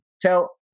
tell